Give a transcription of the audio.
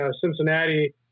Cincinnati